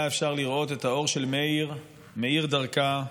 היה אפשר לראות את האור של מאיר מאיר דרכה,